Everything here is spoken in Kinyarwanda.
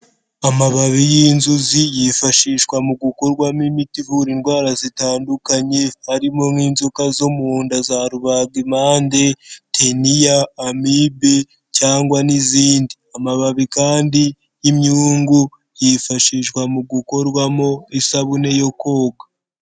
Amababi y'inzuzi yifashishwa mu gukorwamo imiti ivura indwara zitandukanye, harimo nk'inzoka zo mu nda, za rubagimpande, teniya, amibe cyangwa n'izindi, amababi kandi y'imyungu yifashishwa mu gukorwamo isabune yo koga.